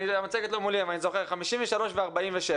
המצגת לא מולי אבל אני זוכר, 53 ו47-.